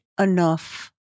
enough